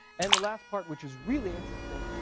and the last part, which is really interesting,